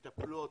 מטפלות,